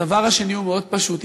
הדבר השני הוא מאוד פשוט,